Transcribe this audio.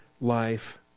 life